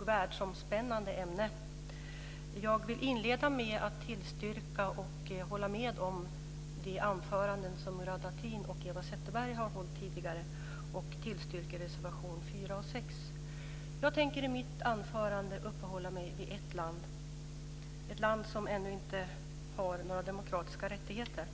och världsomspännande ämne. Jag vill inleda med att hålla med om det som sades i de anföranden som Murad Artin och Eva Zetterberg har hållit tidigare och tillstyrker reservationerna 4 och 6. Jag tänker i mitt anförande uppehålla mig vid ett land, ett land som ännu inte har några demokratiska rättigheter.